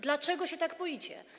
Dlaczego się tak boicie?